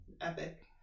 epic